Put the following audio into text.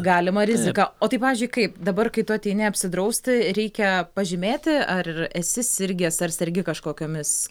galimą riziką o tai pavyzdžiui kaip dabar kai tu ateini apsidrausti reikia pažymėti ar esi sirgęs ar sergi kažkokiomis